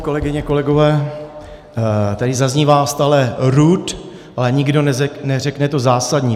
Kolegyně, kolegové, tady zaznívá stále RUD, ale nikdo neřekne to zásadní.